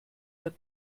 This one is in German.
der